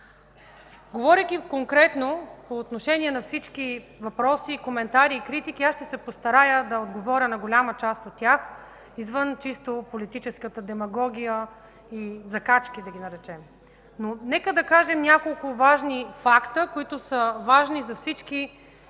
Говорейки конкретно по отношение на всички въпроси, коментари и критики, ще се постарая да отговоря на голямата част от тях извън чисто политическата демагогия и закачки, да ги наречем. Нека да кажем няколко важни факта, важни за всички